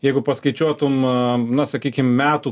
jeigu paskaičiuotum na sakykim metų